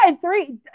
three